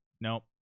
Nope